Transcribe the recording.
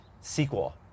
sequel